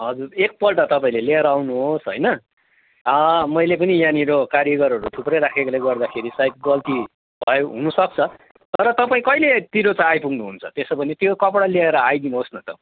हजुर एकपल्ट तपाईँले ल्याएर आउनुहोस् होइन मैले पनि यहाँनिर कारिगरहरू थुप्रै राखेकोले गर्दाखेरि सायद गल्ती भयो हुनु सक्छ तर तपाईँ कहिलेतिर चाहिँ आइपुग्नु हुन्छ त्यसो भने त्यो कपडा लिएर आइदिनुहोस् न त